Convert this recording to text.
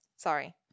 Sorry